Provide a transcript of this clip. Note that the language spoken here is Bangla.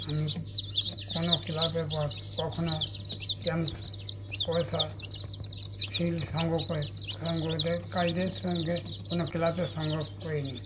আমি কোনো ক্লাবে বা কখনো পয়সা শিল সংগ্রহ করে সংগ্রহদের কারিদের সঙ্গে কোনো ক্লাবে সঙ্গ করিনি